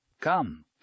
Come